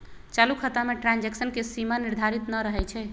चालू खता में ट्रांजैक्शन के सीमा निर्धारित न रहै छइ